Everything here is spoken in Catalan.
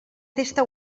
testa